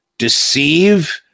deceive